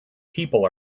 people